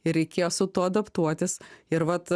ir reikėjo su tuo adaptuotis ir vat